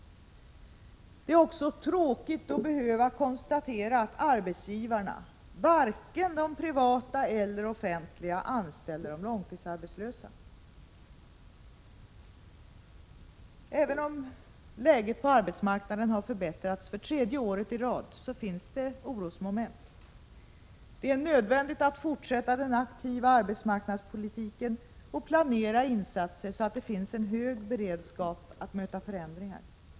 Det är också tråkigt att behöva konstatera att arbetsgivarna — varken de privata eller offentliga — anställer de långtidsarbetslösa. Även om läget på arbetsmarknaden har förbättrats för tredje året i rad, finns det orosmoln. Det är nödvändigt att fortsätta den aktiva arbetsmarknadspolitiken och planera insatser så att det finns hög beredskap att möta förändringar.